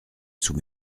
sous